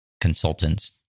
consultants